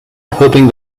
hoping